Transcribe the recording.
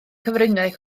cyfryngau